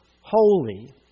holy